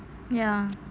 ya